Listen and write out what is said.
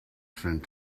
sent